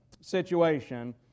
situation